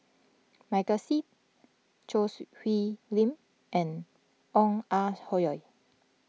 Michael Seet Choo Siew Hwee Lim and Ong Ah Hoi